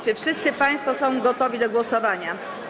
Czy wszyscy państwo są gotowi do głosowania?